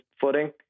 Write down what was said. footing